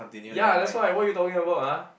ya that's why what you talking about ha